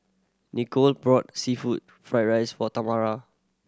Nicolette brought seafood fried rice for Tamara